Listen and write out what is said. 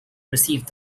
received